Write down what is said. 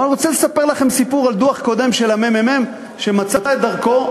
אבל אני רוצה לספר לכם סיפור על דוח קודם של הממ"מ שמצא את דרכו,